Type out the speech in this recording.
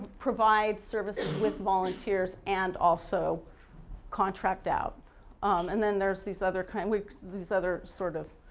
provide services with volunteers and also contract out um and then there's these other kind of these other sort of